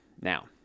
Now